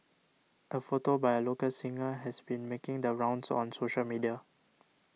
a photo by a local singer has been making the rounds on social media